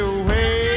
away